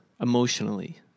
emotionally